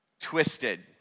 Twisted